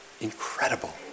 incredible